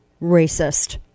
Racist